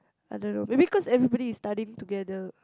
I don't know maybe cause everybody is studying together